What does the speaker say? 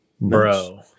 Bro